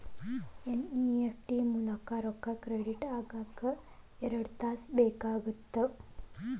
NEFT ಮೂಲಕ ರೊಕ್ಕಾ credit ಆಗಾಕ ಎರಡ್ ತಾಸ ಬೇಕಾಗತ್ತಾ